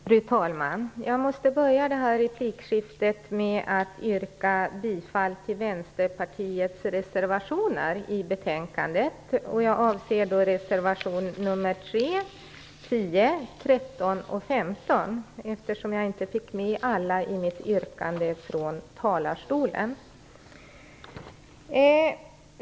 Fru talman! Jag måste börja denna replik med att yrka bifall till Vänsterpartiets reservationer i betänkandet. Jag avser reservation nr 3, 10, 13 och 15. Det gör jag eftersom jag inte fick med alla i mitt yrkande från talarstolen.